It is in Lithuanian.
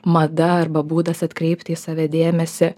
mada arba būdas atkreipti į save dėmesį